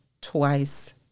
twice